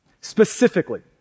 Specifically